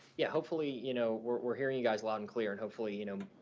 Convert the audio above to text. yeah hopefully, you know, we're hearing you guys loud and clear. and hopefully, you know,